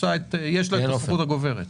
יש לה את הסמכות הגוברת.